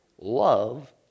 love